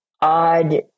odd